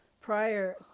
prior